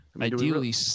Ideally